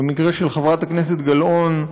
במקרה של חברת הכנסת גלאון,